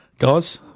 Guys